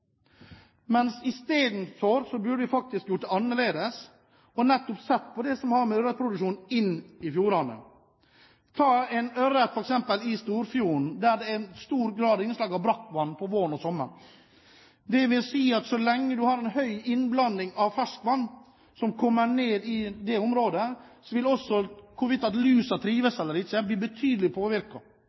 burde vi gjort dette annerledes, sett på det som har med ørretproduksjon inne i fjordene å gjøre. La oss nevne ørret i f.eks. Storfjorden, der det er et stort innslag av brakkvann om våren og sommeren. Så lenge man har et stort innslag av ferskvann i dette området, vil det påvirke betydelig hvorvidt lus trives eller ikke.